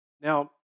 Now